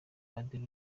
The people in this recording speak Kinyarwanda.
padiri